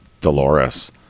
dolores